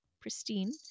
pristine